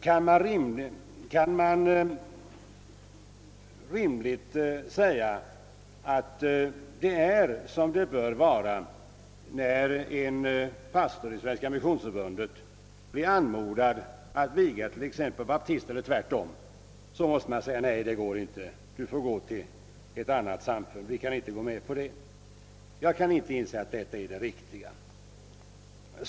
Kan man rimligen säga att det är som det bör vara när en pastor i Svenska missionsförbundet, som blir anmodad att viga t.ex. en baptist, eller tvärtom, måste säga att det inte går utan att vederbörande får gå till ett annat samfund? Jag kan inte inse att detta är riktigt.